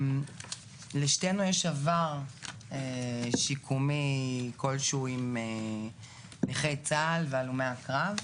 לשתינו יש עבר שיקומי כלשהו עם נכי צה"ל והלומי הקרב.